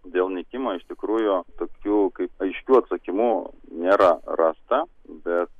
dėl nykimo iš tikrųjų tokių kaip aiškių atsakymų nėra rasta bet